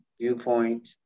viewpoint